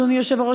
אדוני היושב-ראש,